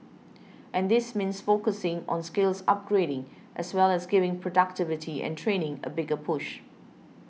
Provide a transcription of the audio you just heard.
and this means focusing on skills upgrading as well as giving productivity and training a bigger push